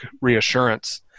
reassurance